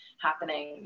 happening